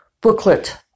booklet